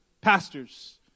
pastors